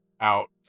out